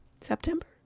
September